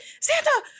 Santa